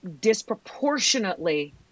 disproportionately